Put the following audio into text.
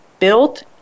Built